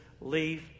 Leave